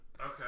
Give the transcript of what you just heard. Okay